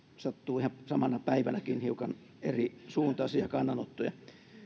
sattuu ihan samana päivänäkin hiukan erisuuntaisia kannanottoja